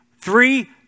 Three